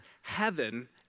heaven